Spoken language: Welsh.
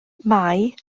mai